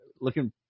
looking